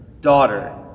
Daughter